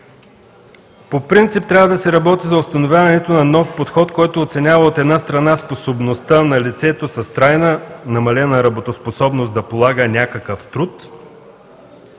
По принцип трябва да се работи за установяването на нов подход, който оценява, от една страна, способността на лицето с трайна, намалена работоспособност да полага някакъв труд,